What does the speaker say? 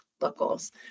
locals